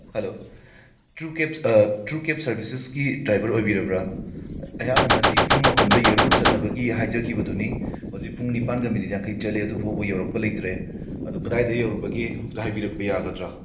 hello true cabs true cabs ꯁꯔꯕꯤꯁꯦꯁꯀꯤ driver ꯑꯣꯏꯕꯤꯔꯕ꯭ꯔꯥ ꯑꯩꯍꯥꯛꯅ ꯉꯁꯤ ꯄꯨꯡ ꯃꯥꯄꯟꯗ ꯑꯦꯔꯄꯣꯔꯠ ꯆꯠꯅꯕꯒꯤ ꯍꯥꯏꯖꯈꯤꯕꯗꯨꯅꯤ ꯍꯧꯖꯤꯛ ꯄꯨꯡ ꯅꯤꯄꯥꯟꯒ ꯃꯤꯅꯠ ꯌꯥꯡꯈꯩ ꯆꯠꯂꯦ ꯑꯗꯨ ꯐꯥꯎꯕ ꯌꯧꯔꯛꯄ ꯂꯩꯇ꯭ꯔꯦ ꯑꯗꯣ ꯀꯗꯥꯏꯗ ꯌꯧꯔꯕꯒꯦ ꯑꯃꯨꯛꯇ ꯍꯥꯏꯕꯤꯔꯛꯄ ꯌꯥꯒꯗ꯭ꯔꯥ